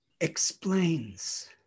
explains